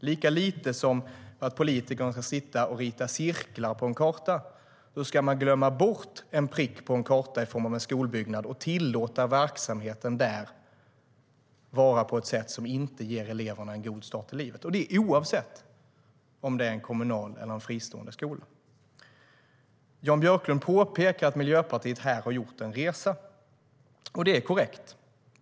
Lika lite som att politikerna ska sitta och rita cirklar på en karta ska de glömma bort en prick, en skolbyggnad, på en karta och tillåta verksamheten där att vara på ett sätt som inte ger eleverna en god start i livet, och det ska gälla oavsett om det är en kommunal eller en fristående skola. Jan Björklund påpekar att Miljöpartiet här har gjort en resa. Det är korrekt.